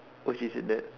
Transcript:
okay she said that